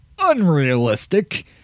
Unrealistic